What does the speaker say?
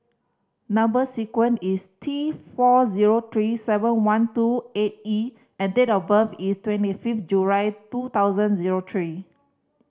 number sequence is T four zero three seven one two eight E and date of birth is twenty fifth July two thousand zero three